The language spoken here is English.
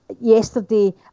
Yesterday